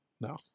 No